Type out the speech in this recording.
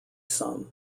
some